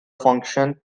function